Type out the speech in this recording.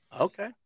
Okay